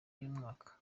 y’umwaka